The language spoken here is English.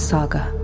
Saga